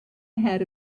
ahead